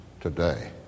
today